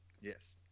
Yes